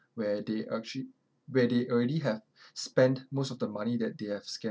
where they actually where they already have spent most of the money that they have sca~